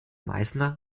meißner